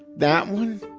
that one.